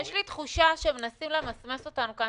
יש לי תחושה שמנסים למסמס אותנו כאן,